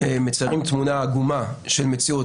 מציירים תמונה עגומה של מציאות.